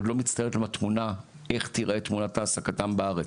עוד לא מצטיירת להם איך תיראה תמונת העסקתם בארץ.